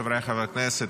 חבריי חברי הכנסת,